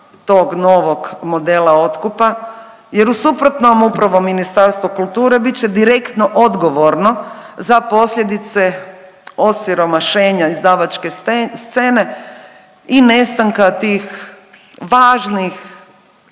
tog novog modela otkupa jer u suprotnom upravo Ministarstvo kulture bit će direktno odgovorno za posljedice osiromašenja izdavačke scene i nestanka tih važnih,